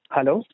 Hello